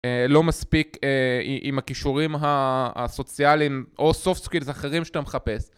לא מספיק עם הקישורים הסוציאליים או soft Skills אחרים שאתה מחפש.